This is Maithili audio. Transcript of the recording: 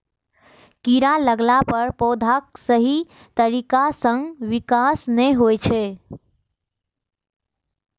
कीड़ा लगला पर पौधाक सही तरीका सं विकास नै होइ छै